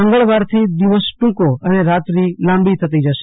મંગળવાર થી દિવસ ટુંકો અને રાત્રી લાંબી થતી જશે